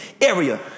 area